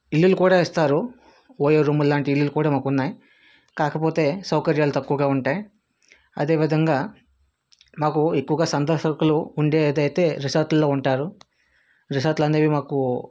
ఇల్లులు కూడా ఇస్తారు ఓయో రూములు లాంటి ఇల్లులు కూడా మాకు ఉన్నాయి కాకపోతే సౌకర్యాలు కూడా తక్కువగా ఉంటాయి అదేవిధంగా మాకు ఎక్కువగా సందర్శకులు ఉండేది అయితే రిసార్ట్లో ఉంటారు రిసార్ట్లు అనేవి మాకు